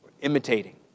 imitating